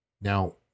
Now